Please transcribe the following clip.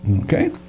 Okay